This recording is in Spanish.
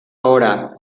hora